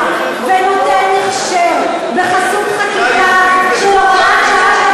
ונותן הכשר בחסות חקיקה של הוראת שעה,